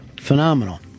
Phenomenal